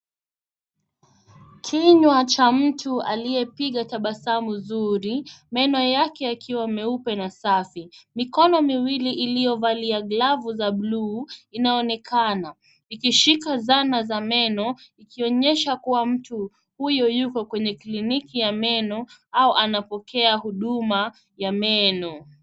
Kinywa cha mtu aliyepiga tabasamu nzuri, meno yake yakiwa meupe na safi. Mikono miwili iliyovalia glovu za buluu inaonekana ikishika dhana za meno, ikionyesha kwamba mtu huyu yuko kwenye kliniki ya meno au anapokea huduma ya meno.